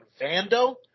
Vando